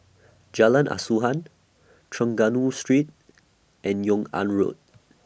Jalan Asuhan Trengganu Street and Yung An Road